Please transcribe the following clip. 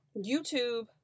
YouTube